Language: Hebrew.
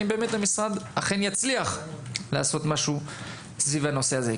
המשרד אכן יצליח לעשות משהו סביב הנושא הזה.